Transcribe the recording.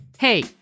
Hey